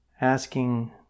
asking